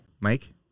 Mike